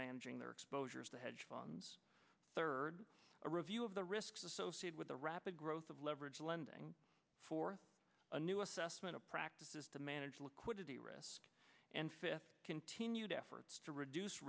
managing their exposures to hedge funds third a review of the risks associated with the rapid growth of leverage lending for a new assessment of practices to manage liquidity risk and fifth continued efforts to reduce